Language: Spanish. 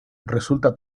resulta